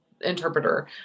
interpreter